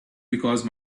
because